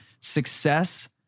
success